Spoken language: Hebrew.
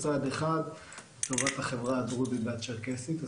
ולחברה הדרוזית והצ'רקסית בפרט.